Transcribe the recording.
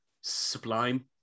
sublime